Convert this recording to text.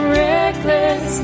reckless